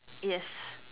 yes